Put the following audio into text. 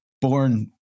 born